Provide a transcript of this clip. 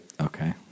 Okay